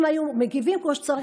אם היו מגיבים כמו שצריך,